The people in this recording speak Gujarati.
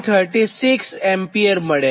36 એમ્પિયર મળે